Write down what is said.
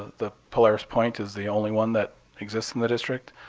the polaris point is the only one that exists in the district.